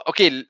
Okay